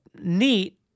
neat